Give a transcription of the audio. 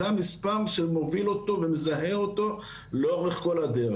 ז המספר שמוביל אותו ומזהה אתו לאורך כל הדרך.